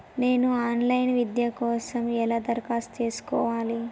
నేను online విద్య కోసం ఎలా దరఖాస్తు చేసుకోవాలి?